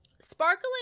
Sparkling